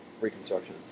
reconstruction